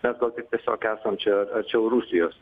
mes gal tiesiog esam čia arčiau rusijos